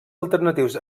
alternatius